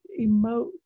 emote